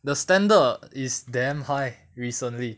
the standard is damn high recently